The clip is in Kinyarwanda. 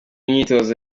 myitozo